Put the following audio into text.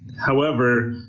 however,